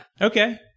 Okay